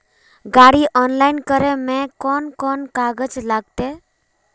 गाड़ी ऑनलाइन करे में कौन कौन कागज लगते?